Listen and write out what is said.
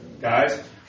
Guys